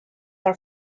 are